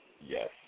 yes